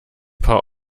paar